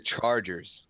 Chargers